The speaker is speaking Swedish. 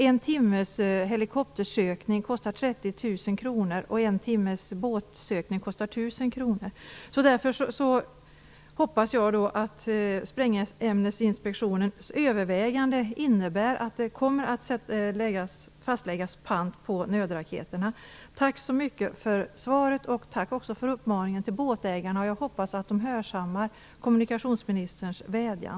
En timmes helikoptersökning kostar 30 000 Därför hoppas jag att Sprängämnesinspektionens överväganden innebär att det kommer att fastläggas pant för nödraketerna. Tack så mycket för svaret! Tack också för uppmaningen till båtägarna. Jag hoppas att de hörsammar kommunikationsministerns vädjan.